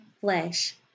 flesh